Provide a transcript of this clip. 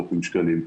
8,000 שקלים.